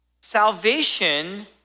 salvation